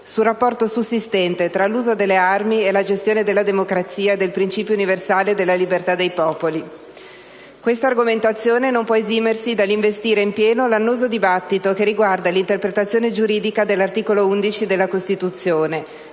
sul rapporto sussistente tra l'uso delle armi e la gestione della democrazia e del principio universale della libertà dei popoli. Questa argomentazione non può esimersi dall'investire in pieno l'annoso dibattito che riguarda l'interpretazione giuridica dell'articolo 11 della Costituzione: